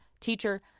Teacher